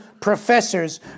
professors